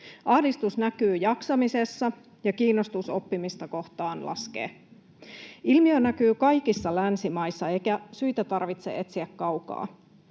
Ahdistus näkyy jaksamisessa, ja kiinnostus oppimista kohtaan laskee. Ilmiö näkyy kaikissa länsimaissa, eikä syitä tarvitse etsiä kaukaa.